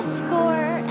score